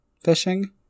fishing